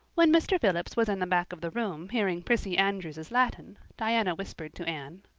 when mr. phillips was in the back of the room hearing prissy andrews's latin, diana whispered to anne,